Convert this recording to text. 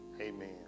Amen